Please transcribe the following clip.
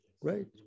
Right